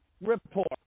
Report